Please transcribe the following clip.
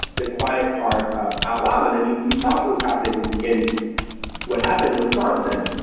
the quiet part um out loud and then you you saw it was happening in what happened in wisconsin.